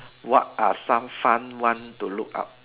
what are some fun one to look up